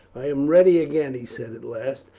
i am ready again, he said at last,